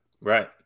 Right